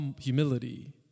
Humility